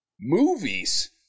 movies